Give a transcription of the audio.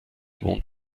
wohnt